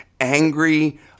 angry